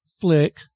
Flick